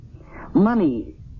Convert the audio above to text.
Money